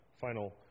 final